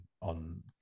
on